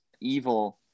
evil